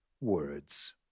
words